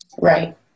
right